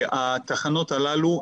התחנות הללו,